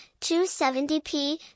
270p